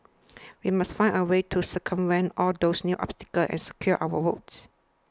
we must find a way to circumvent all those new obstacles and secure our votes